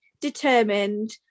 determined